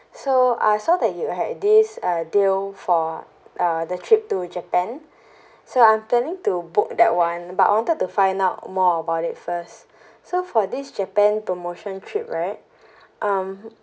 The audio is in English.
so I saw that you had this uh deal for uh the trip to japan so I'm planning to book that one but I wanted to find out more about it first so for this japan promotion trip right um